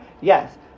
Yes